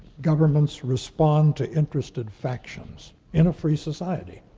governments respond to interested factions, in a free society.